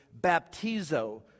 baptizo